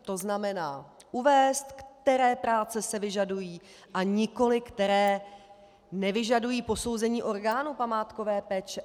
To znamená, uvést, které práce se vyžadují, a nikoliv které nevyžadují posouzení orgánu památkové péče.